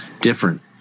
different